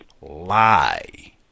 lie